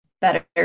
better